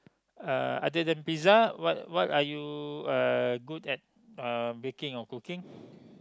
uh other than pizza what what are you uh good at uh baking or cooking